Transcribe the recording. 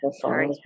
Sorry